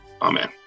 Amen